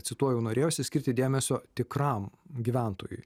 cituoju norėjosi skirti dėmesio tikram gyventojui